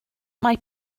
mae